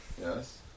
Yes